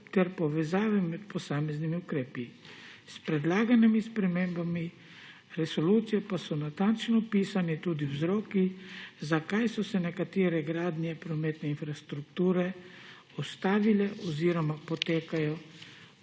ter povezave med posameznimi ukrepi. S predlaganimi spremembami k resoluciji pa so natančno opisani tudi vzroki, zakaj so se nekatere gradnje prometne infrastrukture ustavile oziroma potekajo